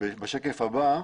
בשקף הבא,